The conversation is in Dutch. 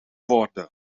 worden